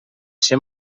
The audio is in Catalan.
ser